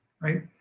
right